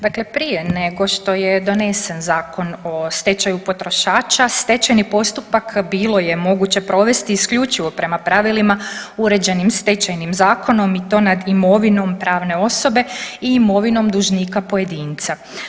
Dakle, prije nego što je donesen Zakon o stečaju potrošača stečajni postupak bilo je moguće provesti isključivo prema pravilima uređenim Stečajnim zakonom i to nad imovinom pravne osobe i imovinom dužnika pojedinca.